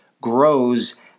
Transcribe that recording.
grows